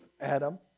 Adam